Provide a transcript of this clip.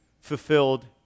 fulfilled